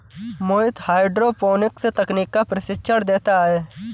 मोहित hydroponics तकनीक का प्रशिक्षण देता है